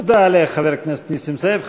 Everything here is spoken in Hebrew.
תודה לחבר הכנסת נסים זאב.